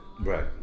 Right